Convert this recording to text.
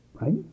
right